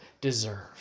deserve